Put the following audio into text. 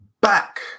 back